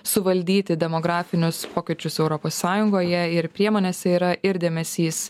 suvaldyti demografinius pokyčius europos sąjungoje ir priemonėse yra ir dėmesys